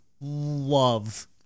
love